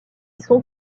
son